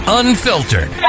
unfiltered